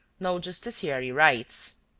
no justiciary rights.